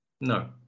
no